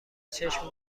چشم